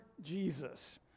Jesus